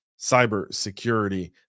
cybersecurity